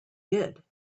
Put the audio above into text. did